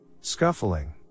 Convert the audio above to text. Scuffling